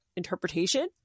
interpretation